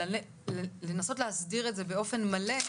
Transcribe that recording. לנסות להסדיר את זה באופן מלא,